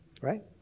right